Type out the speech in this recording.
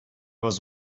was